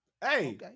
Hey